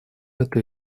это